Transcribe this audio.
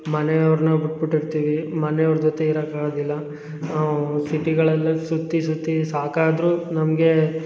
ಮನೆಯವ್ರ್ನ ಬುಟ್ಬುಟ್ಟಿರ್ತೀವಿ ಮನೆಯವ್ರ ಜೊತೆ ಇರಾಕೆ ಆಗದಿಲ್ಲ ನಾವು ಸಿಟಿಗಳಲ್ಲೆ ಸುತ್ತಿ ಸುತ್ತಿ ಸಾಕಾದರು ನಮಗೆ